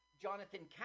Jonathan